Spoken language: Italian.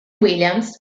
williams